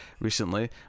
recently